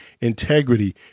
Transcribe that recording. integrity